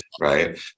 right